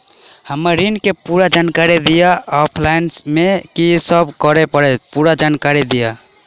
हम्मर ऋण केँ पूरा जानकारी दिय आ ऑफलाइन मे की सब करऽ पड़तै पूरा जानकारी दिय?